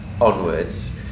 onwards